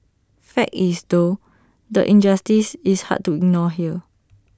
fact is though the injustice is hard to ignore here